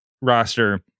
roster